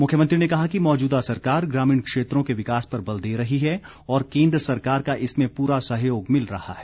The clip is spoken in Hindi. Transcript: मुख्यमंत्री ने कहा कि मौजूदा सरकार ग्रामीण क्षेत्रों के विकास पर बल दे रही है और केंद्र सरकार का इसमें पूरा सहयोग मिल रहा है